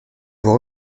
vous